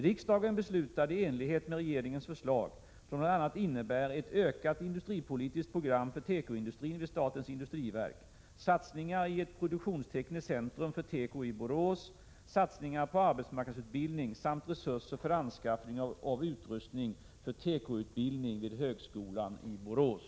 Riksdagen beslutade i enlighet med regeringens förslag, som bl.a. innebär ett ökat industripolitiskt program för tekoindustrin vid statens industriverk, satsningar i ett produktionstekniskt centrum för teko i Borås, satsningar på arbetsmarknadsutbildning samt resurser för anskaffning av utrustning för tekoutbildning vid högskolan i Borås.